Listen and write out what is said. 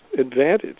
advantage